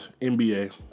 NBA